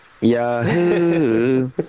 Yahoo